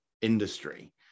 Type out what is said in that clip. industry